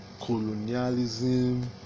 colonialism